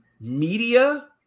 media